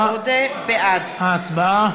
תמה ההצבעה.